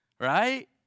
right